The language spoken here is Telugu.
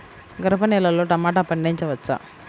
గరపనేలలో టమాటా పండించవచ్చా?